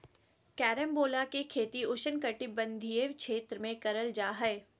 carambola के खेती उष्णकटिबंधीय क्षेत्र में करल जा हय